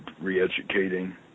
re-educating